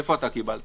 איפה אתה קיבלת